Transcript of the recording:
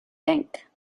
think